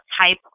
type